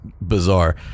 bizarre